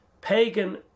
pagan